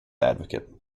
advocate